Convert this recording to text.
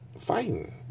fighting